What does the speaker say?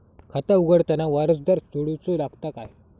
खाता उघडताना वारसदार जोडूचो लागता काय?